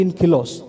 kilos